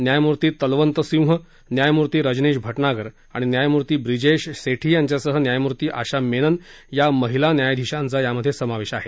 न्यायमूर्ती तलवंत सिंह न्यायमूर्ती रजनीश भाज्ञागर आणि न्यायमूर्ती ब्रिजेश सेठी यांच्यासह न्यायमूर्ती आशा मेनन या महिला न्यायाधीशांचा त्यात समावेश आहे